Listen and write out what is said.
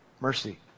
Mercy